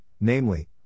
namely